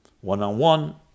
One-on-one